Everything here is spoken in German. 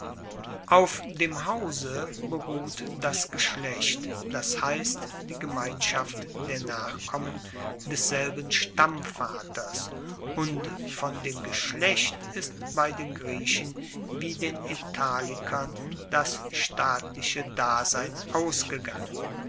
auf dem hause beruht das geschlecht das heisst die gemeinschaft der nachkommen desselben stammvaters und von dem geschlecht ist bei den griechen wie den italikern das staatliche dasein ausgegangen